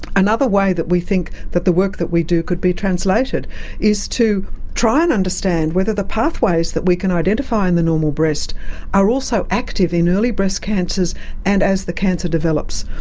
another way that we think that the work that we do could be translated is to try and understand whether the pathways that we can identify in and the normal breast are also active in early breast cancers and as the cancer develops.